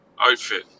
outfit